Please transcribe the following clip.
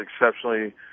exceptionally